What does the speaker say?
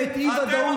אתם המושחתים הגדולים